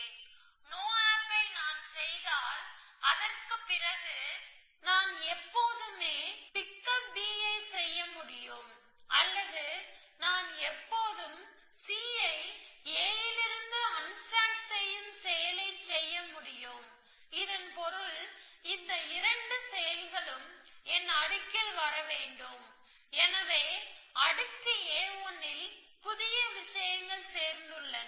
நான் no op ஐ செய்தால் அதற்குப் பிறகு நான் எப்போதுமே பிக்கப் B ஐ செய்ய முடியும் அல்லது நான் எப்போதும் C ஐ A லிருந்து அன்ஸ்டேக் செய்யும் செயலை செய்ய முடியும் இதன் பொருள் இந்த 2 செயல்களும் என் அடுக்கில் வர வேண்டும் எனவே அடுக்கு a1 ல் புதிய விஷயங்கள் சேர்ந்துள்ளன